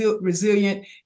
resilient